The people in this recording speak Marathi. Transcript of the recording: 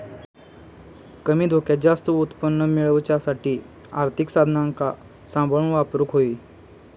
कमी धोक्यात जास्त उत्पन्न मेळवच्यासाठी आर्थिक साधनांका सांभाळून वापरूक होई